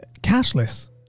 cashless